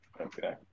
Okay